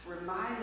Remind